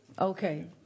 Okay